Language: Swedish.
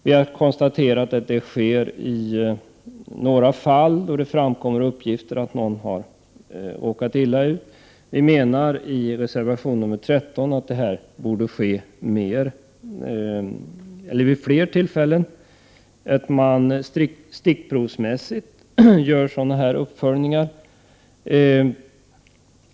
Vi konstaterar att uppföljning av utvisningsbeslut har skett i några fall, då det har framkommit uppgifter om att någon har råkat illa ut. I reservation 13 skriver vi att uppföljning borde stickprovsmässigt ske vid fler tillfällen.